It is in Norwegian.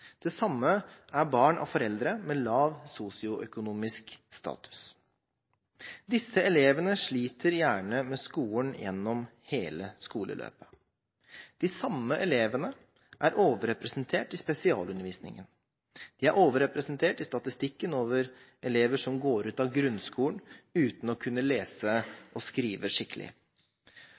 Det samme er barn av foreldre med lav sosioøkonomisk status. Disse elevene sliter gjerne med skolen gjennom hele skoleløpet. De samme elevene er overrepresentert i spesialundervisningen. De er overrepresentert i statistikken over elever som går ut av grunnskolen uten å kunne